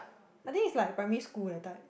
I think is like primary school that type